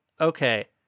okay